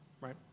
right